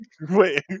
Wait